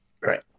Right